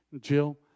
Jill